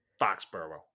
Foxborough